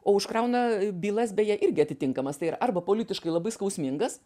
o užkrauna bylas beje irgi atitinkamas tai ir arba politiškai labai skausmingas